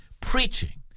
Preaching